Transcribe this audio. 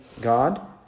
God